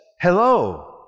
Hello